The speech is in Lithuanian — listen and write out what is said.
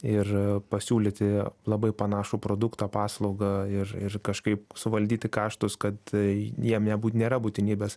ir a pasiūlyti labai panašų produktą paslaugą ir ir kažkaip suvaldyti kaštus kad tai jiem nebūt nėra būtinybės